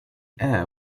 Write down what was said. air